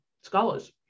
scholars